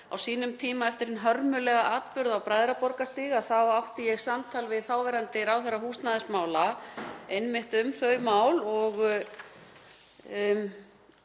Á sínum tíma eftir hinn hörmulega atburð á Bræðraborgarstíg átti ég samtal við þáverandi ráðherra húsnæðismála einmitt um þau mál og